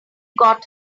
got